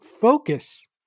focus